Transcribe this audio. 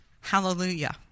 hallelujah